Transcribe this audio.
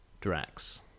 Drax